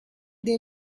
they